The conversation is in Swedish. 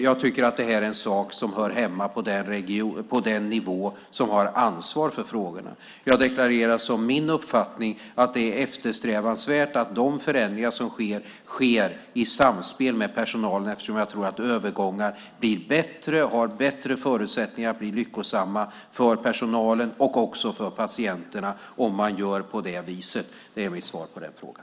Jag tycker att det här är en sak som hör hemma på den nivå som har ansvar för frågorna. Jag har deklarerat som min uppfattning att det är eftersträvansvärt att de förändringar som sker sker i samspel med personalen eftersom jag tror att övergångar blir bättre och har bättre förutsättningar att bli lyckosamma för personalen och också för patienterna om man gör på det viset. Det är mitt svar på den frågan.